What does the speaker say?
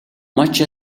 much